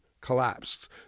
collapsed